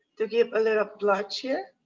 to give a little blush here.